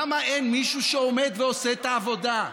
למה אין מישהו שעומד ועושה את העבודה?